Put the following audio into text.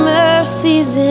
mercies